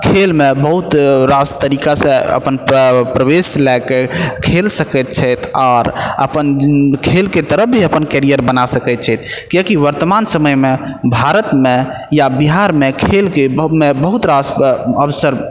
खेलमे बहुत रास तरीकासँ प्रवेश लए कऽ खेल सकै छथि आओर खेलके तरफ भी अपन कैरियर बना सकै छथि किआकि वर्तमान समयमे भारतमे या बिहारमे खेलके बहुत रास अवसर